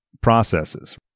processes